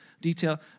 detail